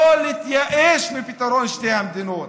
לא להתייאש מפתרון שתי המדינות.